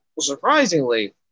surprisingly